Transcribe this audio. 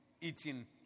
eating